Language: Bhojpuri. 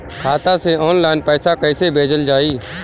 खाता से ऑनलाइन पैसा कईसे भेजल जाई?